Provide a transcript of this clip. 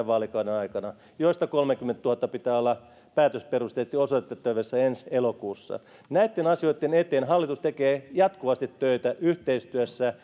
vaalikauden aikana joista kolmenkymmenentuhannen pitää olla päätösperusteisesti osoitettavissa ensi elokuussa näitten asioitten eteen hallitus tekee jatkuvasti töitä yhteistyössä